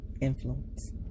Influence